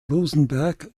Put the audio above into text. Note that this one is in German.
rosenberg